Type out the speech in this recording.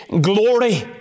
glory